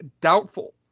doubtful